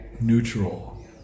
neutral